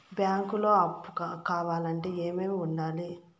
బ్యాంకులో అప్పు కావాలంటే ఏమేమి ఉండాలి?